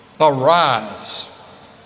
Arise